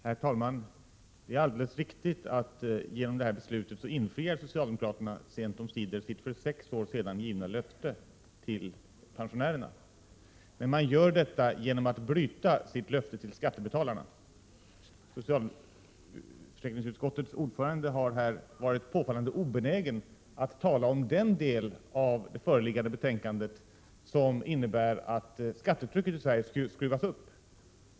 Herr talman! Det är alldeles riktigt att socialdemokraterna genom detta beslut sent omsider infriar sitt för sex år sedan avgivna löfte till pensionärerna. Men man gör det genom att bryta sitt löfte till skattebetalarna. Socialförsäkringsutskottets ordförande har här varit påfallande obenägen att tala om den del av det föreliggande betänkandet som innebär att skattetrycket i Sverige skruvas upp.